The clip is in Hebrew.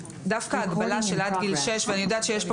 דווקא ההגבלה של עד גיל שש ואני יודעת שיש כאן